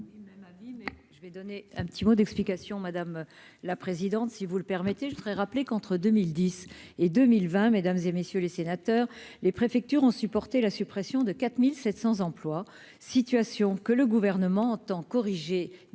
Je vais donner un petit mot d'explication, madame la présidente, si vous le permettez, je voudrais rappeler qu'entre 2010 et 2020, mesdames et messieurs les sénateurs, les préfectures ont supporté la suppression de 4700 emplois situation que le gouvernement entend corriger désormais